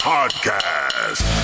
Podcast